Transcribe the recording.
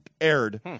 aired